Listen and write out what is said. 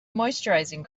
moisturising